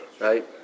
right